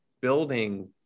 building